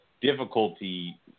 difficulty